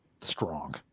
strong